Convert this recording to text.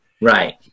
Right